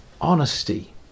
Honesty